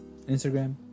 Instagram